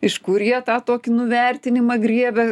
iš kur jie tą tokį nuvertinimą griebia